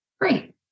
Great